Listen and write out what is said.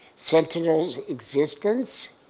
sentinel's existence,